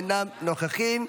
אינם נוכחים.